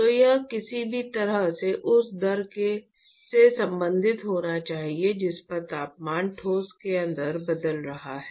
तो यह किसी भी तरह से उस दर से संबंधित होना चाहिए जिस पर तापमान ठोस के अंदर बदल रहा है